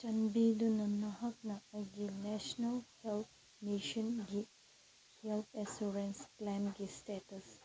ꯆꯥꯟꯕꯤꯗꯨꯅ ꯅꯍꯥꯛꯅ ꯑꯩꯒꯤ ꯅꯦꯁꯅꯦꯜ ꯍꯦꯜꯠ ꯃꯤꯁꯟꯒꯤ ꯍꯦꯜꯠ ꯏꯟꯁꯨꯔꯦꯟꯁ ꯀ꯭ꯂꯦꯝꯒꯤ ꯏꯁꯇꯦꯇꯁ